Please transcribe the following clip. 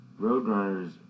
Roadrunners